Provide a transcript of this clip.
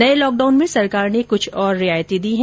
नये लॉकडाउन में सरकार ने कुछ और रियायतें दी है